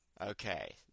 Okay